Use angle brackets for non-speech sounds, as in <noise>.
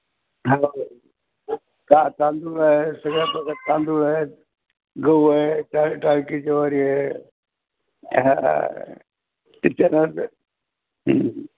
हो का तांदूळ आहे सगळ्या प्रकारचा तांदूळ आहे गहू आहे टा टाळकी ज्वारी आहे हा किचन <unintelligible> हं